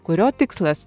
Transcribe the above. kurio tikslas